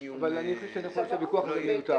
אבל אני חושב שהוויכוח מיותר.